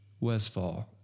Westfall